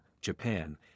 Japan